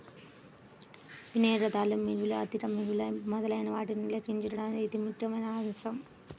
వినియోగదారు మిగులు, ఆర్థిక మిగులు మొదలైనవాటిని లెక్కించడంలో ఇది ముఖ్యమైన అంశం